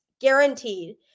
guaranteed